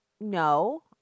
no